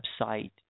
website